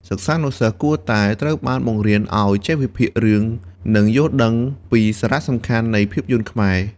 សិស្សានុសិស្សគួរតែត្រូវបានបង្រៀនឲ្យចេះវិភាគរឿង និងយល់ដឹងពីសារៈសំខាន់នៃភាពយន្តខ្មែរ។